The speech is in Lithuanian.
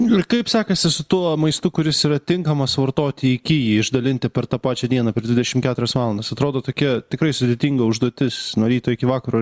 ir kaip sekasi su tuo maistu kuris yra tinkamas vartoti iki jį išdalinti per tą pačią dieną per dvidešim keturias valandas atrodo tokia tikrai sudėtinga užduotis nuo ryto iki vakaro